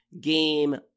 game